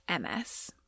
MS